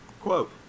Quote